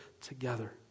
together